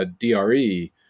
DRE